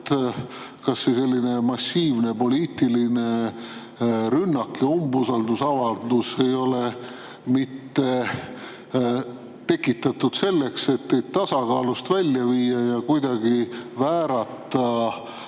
kas see selline massiivne poliitiline rünnak ja umbusaldusavaldus ei ole mitte tekitatud selleks, et tasakaalust välja viia ja kuidagi väärata